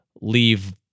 leave